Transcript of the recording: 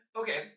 okay